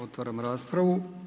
Otvaram raspravu.